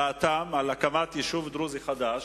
מה דעתם על הקמת יישוב דרוזי חדש?